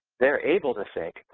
they're able to think,